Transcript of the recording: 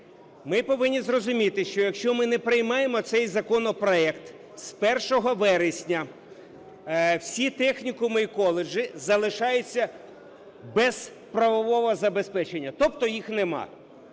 Ми повинні зрозуміти, що, якщо ми не приймаємо цей законопроект, з 1 вересня всі технікуми і коледжі залишаються без правового забезпечення, тобто їх немає.